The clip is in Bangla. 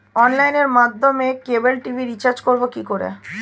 অনলাইনের মাধ্যমে ক্যাবল টি.ভি রিচার্জ করব কি করে?